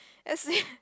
as in